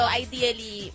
ideally